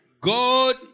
God